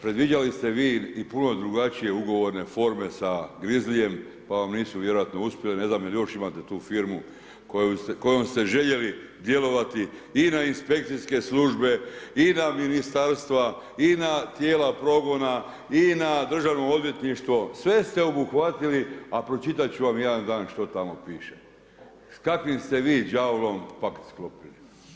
Predviđali ste vi i puno drugačije ugovorne forme sa grizlijem, pa vam nisu vjerojatno uspjeli, ne znam jel još imate tu firmu, kojom ste željeli djelovati i na inspekcijske službe i na Ministarstva i na tijela progona i na Državno odvjetništvo, sve ste obuhvatili, a pročitati ću vam jedan dan što tamo piše, s kakvim ste vi đavlom pakt sklopili.